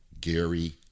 Gary